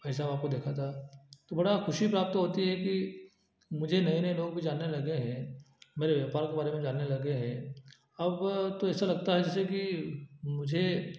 भाई साहब आपको देखा था तो बड़ा खुशी प्राप्त होती है कि मुझे नए नए लोग जानने लगे हैं मेरे व्यापार के बारे में जानने लगे हैं अब तो ऐसा लगता है जैसे कि मुझे